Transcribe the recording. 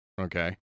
Okay